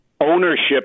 ownership